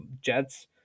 Jets